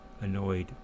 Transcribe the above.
annoyed